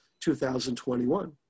2021